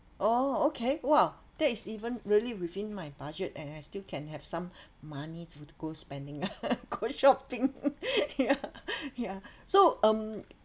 oh okay !wah! that is even really within my budget and I still can have some money to go spending ah go shopping ya ya so um